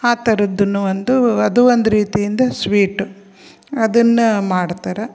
ಆ ಥರದ್ದನ್ನು ಒಂದು ಅದೂ ಒಂದು ರೀತಿಯಿಂದ ಸ್ವೀಟು ಅದನ್ನು ಮಾಡ್ತಾರೆ